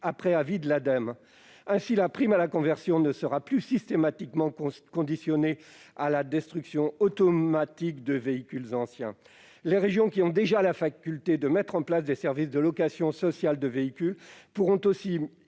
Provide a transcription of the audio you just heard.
après avis de l'Ademe. L'octroi de la prime à la conversion ne serait donc plus systématiquement conditionné à la destruction automatique du véhicule ancien. Les régions, qui ont déjà la faculté de mettre en place des services de location sociale de véhicules, pourront ainsi